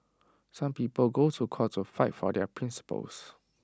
some people go to court to fight for their principles